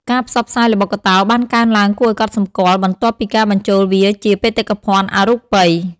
ការផ្សព្វផ្សាយល្បុក្កតោបានកើនឡើងគួរឱ្យកត់សម្គាល់បន្ទាប់ពីការបញ្ចូលវាជា បេតិកភណ្ឌអរូបី។